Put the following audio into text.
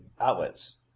outlets